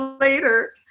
later